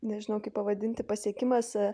nežinau kaip pavadinti pasiekimas